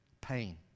Pain